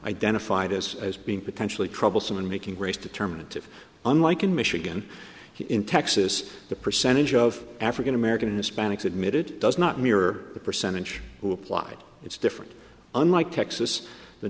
identified as as being potentially troublesome in making race determinative unlike in michigan here in texas the percentage of african american hispanics admitted does not mean or the percentage who applied it's different unlike texas the